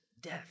death